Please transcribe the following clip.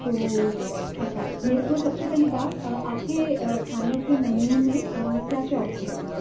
تو اچھا میر کو سب سے پہلی بات آپ کے کھانے کے مینیو میں کیا کیا آپشن ہیں